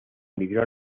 emigró